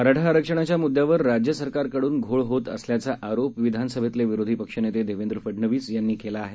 मराठा आरक्षणाच्या मुद्दयावर राज्य सरकारकडून घोळ होत असल्याचा आरोप विधानसभेतले विरोधी पक्षनेते देवेंद्र फडनवीस यांनी केला आहे